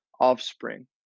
offspring